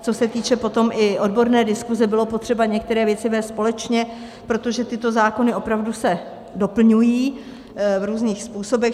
Co se týče potom i odborné diskuse, bylo potřeba některé věci vést společně, protože tyto zákony se opravdu doplňují v různých způsobech.